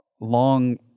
Long